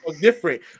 different